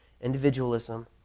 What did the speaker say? individualism